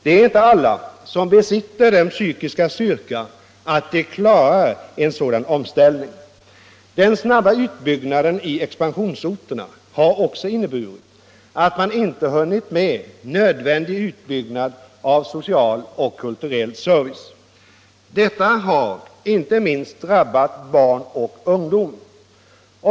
Det är inte alla som besitter den psykiska styrkan att klara en sådan omställning. Den snabba utbyggnaden i expansionsorterna har också inneburit att man inte hunnit med nödvändig utbyggnad av social och kulturell service. Detta har inte minst drabbat barn och ungdom.